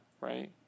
right